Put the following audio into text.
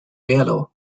yellow